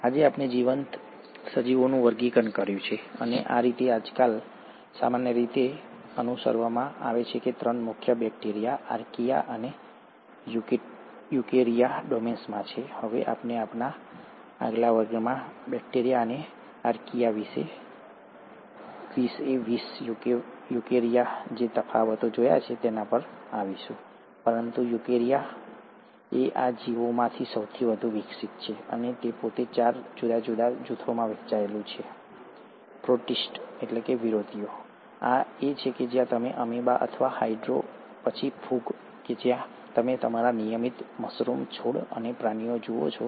આજે આપણે જીવંત સજીવોનું વર્ગીકરણ કર્યું છે અને આ રીતે આજકાલ સામાન્ય રીતે અનુસરવામાં આવે છે ત્રણ મુખ્ય બેક્ટેરિયા આર્કિયા અને યુકેરિયા ડોમેન્સમાં છે હવે આપણે આપણા આગલા વર્ગમાં બેક્ટેરિયા અને આર્કિઆ વિસ એ વિસ યુકેરિયામાં જે તફાવતો જોયે છે તેના પર આવીશું પરંતુ યુકેરિયા એ આ જીવોમાં સૌથી વધુ વિકસિત છે અને તે પોતે ચાર જુદા જુદા જૂથોમાં વહેંચાયેલું છે પ્રોટીસ્ટ વિરોધીઓ આ તે છે જ્યાં તમે અમીબા અથવા હાઇડ્રા પછી ફૂગ જ્યાં તમે તમારા નિયમિત મશરૂમ્સ છોડ અને પ્રાણીઓ જુઓ છો